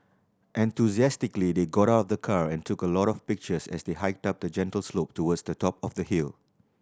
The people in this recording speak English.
enthusiastically they got out of the car and took a lot of pictures as they hiked up a gentle slope towards the top of the hill